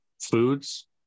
Foods